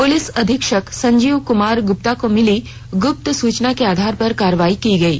police अधीक्षक संजीव कुमार गुप्ता को मिली गुप्त सूचना के आधार पर कार्रवाई की गयी